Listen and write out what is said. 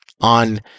on